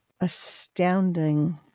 astounding